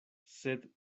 sed